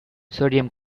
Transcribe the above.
sodium